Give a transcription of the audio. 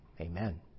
Amen